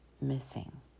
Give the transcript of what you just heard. missing